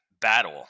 battle